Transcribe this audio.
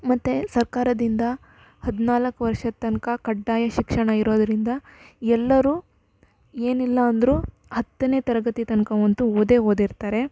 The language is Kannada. ಮತ್ತು ಸರ್ಕಾರದಿಂದ ಹದ್ನಾಲ್ಕು ವರ್ಷದ ತನಕ ಕಡ್ಡಾಯ ಶಿಕ್ಷಣ ಇರೋದ್ರಿಂದ ಎಲ್ಲರೂ ಏನಿಲ್ಲ ಅಂದರು ಹತ್ತನೇ ತರಗತಿ ತನಕವಂತೂ ಓದೇ ಓದಿರ್ತಾರೆ